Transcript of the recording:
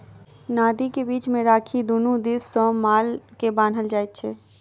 नादि के बीच मे राखि दुनू दिस सॅ माल के बान्हल जाइत छै